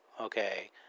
okay